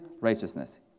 righteousness